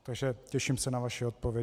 Takže těším se na vaši odpověď.